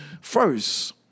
First